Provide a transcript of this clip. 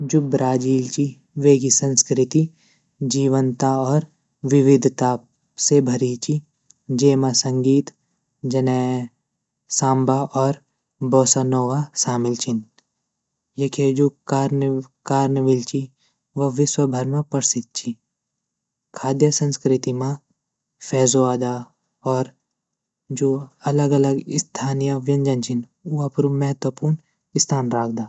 जू ब्राज़ील ची वेगी संस्कृति जीवनता और विविधता से भरी ची ज़ेमा संगीत जने सांबा और बॉसोनोवा शामिल छीन एक्के जू कार्नविल ची व विश्वभर म प्रसिद्ध ची खाद्य संस्कृति म फ़ैजोआदा और जू अलग अलग स्थानीय व्यंजन छीन उ अपरू महत्वपूर्ण स्थान राखदा।